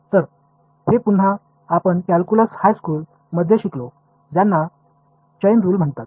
तर हे पुन्हा आपण कॅल्क्युलस हायस्कूल मध्ये शिकलो ज्याला चैन रुल म्हणतात